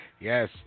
Yes